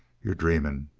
you're dreaming.